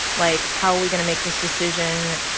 like, how are we going to make this decision?